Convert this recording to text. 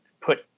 put